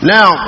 Now